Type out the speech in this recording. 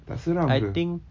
tak seram ke